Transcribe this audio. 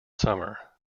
summer